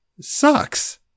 sucks